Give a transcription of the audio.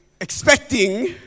expecting